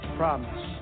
promise